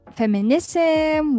feminism